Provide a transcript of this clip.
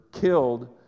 killed